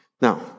Now